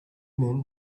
men